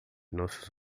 nossos